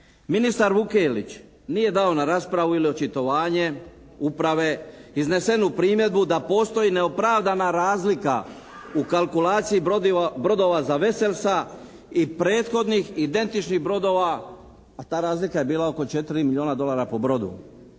ministar Vukelić nije dao na raspravu ili očitovanje uprave iznesenu primjedbu da postoji neopravdana razlika u kalkulaciji brodova za Vesersa i prethodnih identičnih brodova a ta razlika je bila oko 4 miliona dolara po brodu.